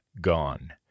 gone